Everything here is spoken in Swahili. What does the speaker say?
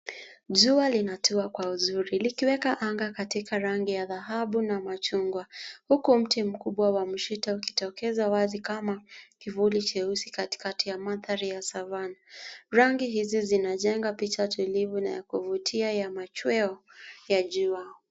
Jua linatua kwa uzuri likiweka anga katika rangi ya dhahabu na machungwa, huku mkuu mti mkubwa wa mshita ukitokeza wazi kama kivuli cheusi katikati ya mandhari ya Savanna. Rangi hizi zinajenga picha tulivu na ya kuvutia ya machweo ya jua.